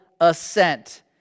assent